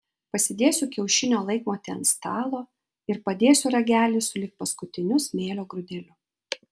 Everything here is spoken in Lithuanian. pasidėsiu kiaušinio laikmatį ant stalo ir padėsiu ragelį sulig paskutiniu smėlio grūdeliu